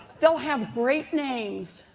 they'll have great names,